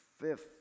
fifth